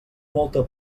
molta